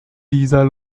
dieser